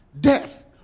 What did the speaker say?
death